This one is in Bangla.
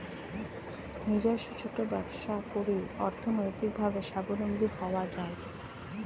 নিজস্ব ছোট ব্যবসা করে অর্থনৈতিকভাবে স্বাবলম্বী হওয়া যায়